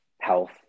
health